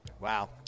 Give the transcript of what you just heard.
Wow